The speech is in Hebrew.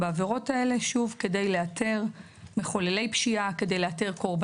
אני חושב שכדי לקיים את הדיון, חסרים לנו הרבה